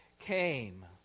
came